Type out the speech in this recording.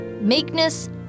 meekness